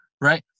right